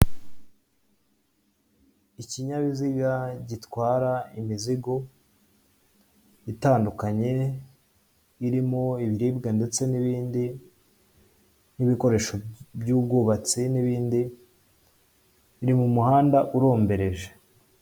Ikinyabiziga gitwara imizigo itandukanye irimo ibiribwa ndetse n'ibindi, n'ibikoresho by'ubwubatsi n'ibindi, iri mu muhanda urombereje.